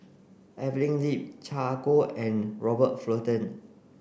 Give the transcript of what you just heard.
Evelyn Lip Chan Ah Kow and Robert Fullerton